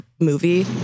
movie